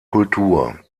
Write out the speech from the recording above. kultur